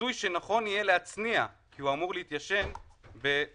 כיסוי שנכון יהיה להצניע כי הוא אמור להתיישן בתאריך